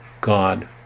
God